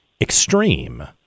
extreme